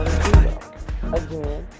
Again